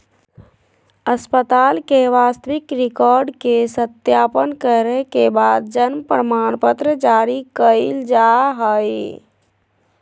अस्पताल के वास्तविक रिकार्ड के सत्यापन करे के बाद जन्म प्रमाणपत्र जारी कइल जा हइ